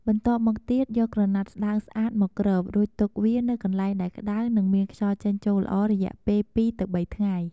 បន្ទាប់មកទៀត យកក្រណាត់ស្តើងស្អាតមកគ្រប់ រួចទុកវានៅកន្លែងដែលក្តៅ និងមានខ្យល់ចេញចូលល្អ រយៈពេល ២-៣ ថ្ងៃ។